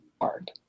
hard